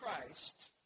Christ